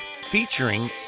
featuring